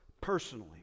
personally